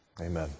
Amen